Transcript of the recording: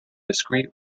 discrete